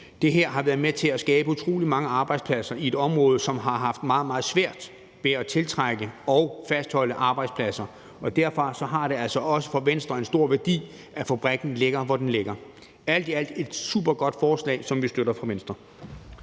Det her har været med til at skabe utrolig mange arbejdspladser i et område, som har haft meget, meget svært ved at tiltrække og fastholde arbejdspladser, og derfor har det altså også for Venstre en stor værdi, at fabrikken ligger, hvor den ligger. Alt i alt er det et supergodt forslag, som vi støtter fra Venstres